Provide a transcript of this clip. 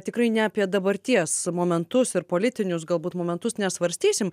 tikrai ne apie dabarties momentus ir politinius galbūt momentus nesvarstysim